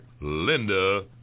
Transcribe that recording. Linda